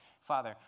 Father